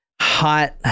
hot